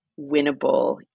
winnable